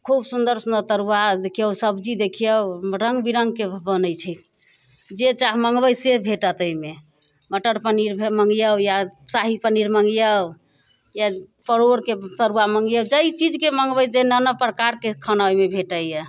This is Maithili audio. खूब सुन्दर सुन्दर तरुआ देखियौ सब्जी देखियौ रङ्ग बिरङ्गके बनै छै जे चाह मँगबै से भेटत अइमे मटर पनीर मँगियौ या शाही पनीर मँगियौ या परोरके तरुआ मँगियौ जै चीजके मँगबै जे नाना प्रकारके खाना अइमे भेटैय